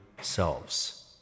selves